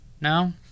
No